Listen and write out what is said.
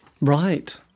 Right